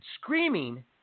screaming